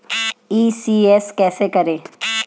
ECS कैसे करें?